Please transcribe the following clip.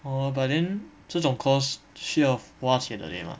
oh but then 这种 course 需要花钱的对吗